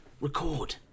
record